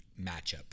matchup